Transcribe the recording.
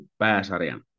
pääsarjan